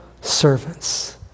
servants